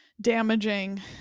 damaging